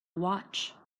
watch